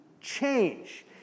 change